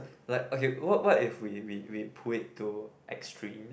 like okay what what if we we we pull it to extremes